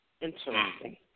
Interesting